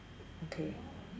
okay